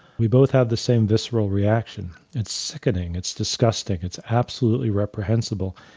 we both have the same visceral reaction it's sickening, it's disgusting, it's absolutely reprehensible.